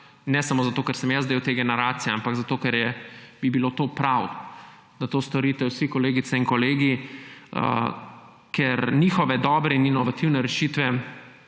Ne samo zato, ker sem jaz del te generacije, ampak zato, ker bi bilo prav, da to storite vsi kolegice in kolegi. Ker so njihove dobre in inovativne rešitve,